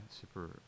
super